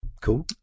Cool